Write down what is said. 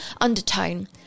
undertone